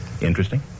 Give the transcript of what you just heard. Interesting